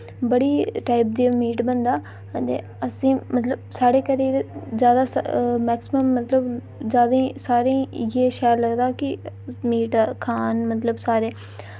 बड़ी टाइप दे मीट बनदा ते असें मतलब साढ़े घरे ज्यादा स मैक्सिमम ज्यादा ही सारेंई इ'यै शैल लगदा कि मीट खान मतलब सारे